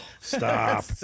Stop